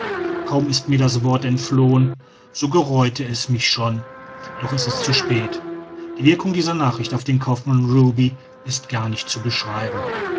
kaum ist mir das wort entflohen so gereut es mich schon doch es ist zu spät die wirkung dieser nachricht auf den kaufmann ruby ist gar nicht zu beschreiben